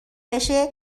بشه